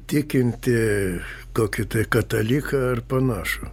tikinti kokį tai kataliką ar panašų